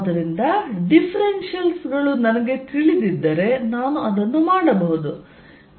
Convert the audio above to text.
ಆದ್ದರಿಂದ ಡಿಫ್ರೆನ್ಷಿಯಲ್ ಗಳು ನನಗೆ ತಿಳಿದಿದ್ದರೆ ನಾನು ಅದನ್ನು ಮಾಡಬಹುದು